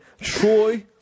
Troy